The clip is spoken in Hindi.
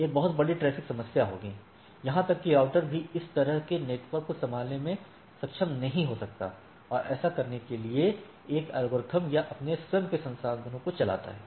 एक बहुत बड़ी ट्रैफ़िक समस्या होगी यहां तक कि राउटर भी इस तरह के नेटवर्क को संभालने में सक्षम नहीं हो सकता है और ऐसा करने के लिए एक एल्गोरिदम या अपने स्वयं के संसाधनों को चलाता है